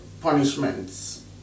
punishments